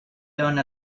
done